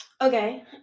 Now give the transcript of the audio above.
okay